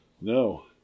No